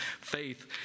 faith